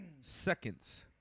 Seconds